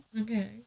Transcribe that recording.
Okay